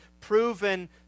proven